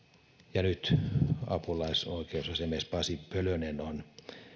ja nyt apulaisoikeusasiamies pasi pölönen on